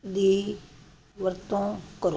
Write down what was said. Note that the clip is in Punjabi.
ਦੀ ਵਰਤੋਂ ਕਰ